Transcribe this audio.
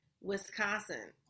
wisconsin